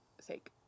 sake